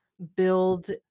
build